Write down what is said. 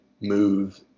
move